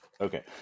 Okay